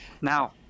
Now